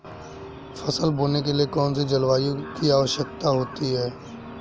फसल बोने के लिए कौन सी जलवायु की आवश्यकता होती है?